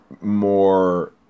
More